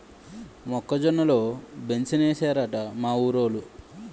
మొక్క జొన్న లో బెంసేనేశారట మా ఊరోలు